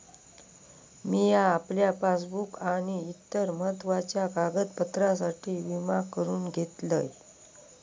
मिया आपल्या पासबुक आणि इतर महत्त्वाच्या कागदपत्रांसाठी विमा करून घेतलंय